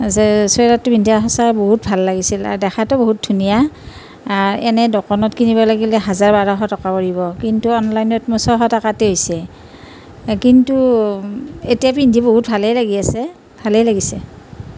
যে চুৱেটাৰটো পিন্ধি আহি বহুত ভাল লাগিছে দেখাতো বহুত ধুনীয়া এনে দোকানত কিনিব লাগিলে হাজাৰ বাৰশ টকা পৰিব কিন্তু অনলাইনত মই ছশ টকাতেই হৈছে কিন্তু এতিয়া পিন্ধি বহুত ভালেই লাগি আছে ভালেই লাগিছে